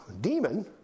demon